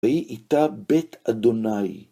והיא איתה בית אדוני.